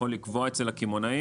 אתה יכול לקבוע אצל הקמעונאים.